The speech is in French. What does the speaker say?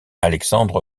alexandre